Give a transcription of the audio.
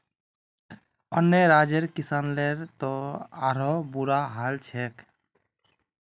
अन्य राज्यर किसानेर त आरोह बुरा हाल छेक